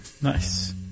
Nice